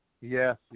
Yes